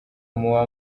muba